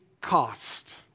cost